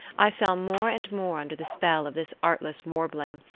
i fell more and more under the spell of this artless warbling,